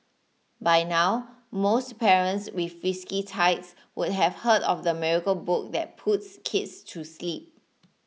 by now most parents with frisky tykes would have heard of the miracle book that puts kids to sleep